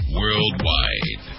worldwide